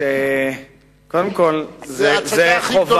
קודם כול, זה חובה,